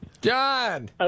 John